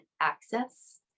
access